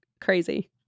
crazy